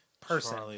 person